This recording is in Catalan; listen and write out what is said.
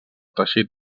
teixit